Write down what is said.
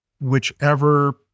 whichever